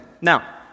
Now